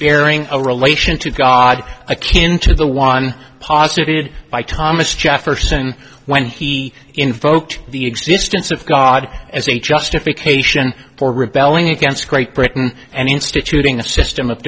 bearing a relation to god a kin to the one posited by thomas jefferson when he invoked the existence of god as a justification for rebelling against great britain and instituting a system of